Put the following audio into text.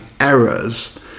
errors